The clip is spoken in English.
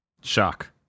Shock